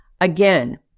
Again